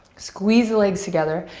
squeeze the legs together.